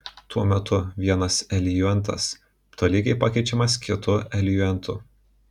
tuo metu vienas eliuentas tolygiai pakeičiamas kitu eliuentu